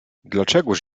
dlaczegóż